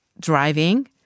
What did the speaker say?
driving